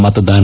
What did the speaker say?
ಮತದಾನ